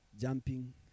jumping